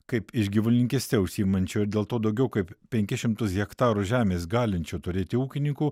kaip iš gyvulininkyste užsiimančių ir dėl to daugiau kaip penkis šimtus hektarų žemės galinčių turėti ūkininkų